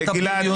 את הבריונות.